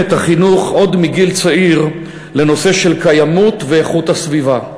את החינוך עוד מגיל צעיר לנושא של קיימות ואיכות הסביבה.